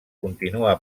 continua